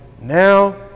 now